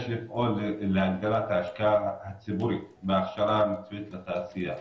יש לפעול להגדלת ההשקעה הציבורית בהכשרה מקצועית לתעשייה,